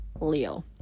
Leo